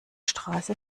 straße